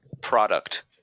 product